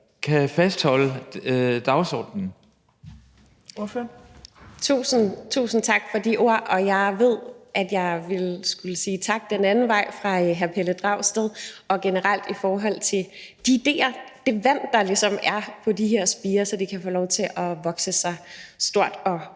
Velasquez (EL): Tusind tak for de ord, og jeg ved, at jeg skulle sige tak den anden vej fra hr. Pelle Dragsted, også generelt i forhold til de idéer, der er kommet – det vand, der kommer på de her spirer, så de kan få lov til at gro og